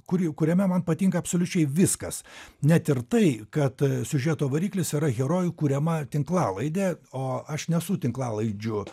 kurį kuriame man patinka absoliučiai viskas net ir tai kad siužeto variklis yra herojų kuriama tinklalaidė o aš nesu tinklalaidžių